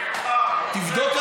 משם הכול התחיל.